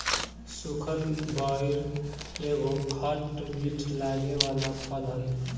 सुखल बइर एगो खट मीठ लागे वाला फल हवे